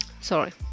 sorry